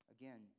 Again